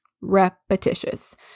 Repetitious